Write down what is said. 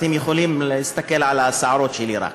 אתם יכולים להסתכל על השערות שלי רק.